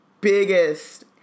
biggest